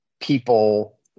people